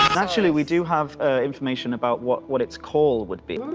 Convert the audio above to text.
actually, we do have information about what what it's call would be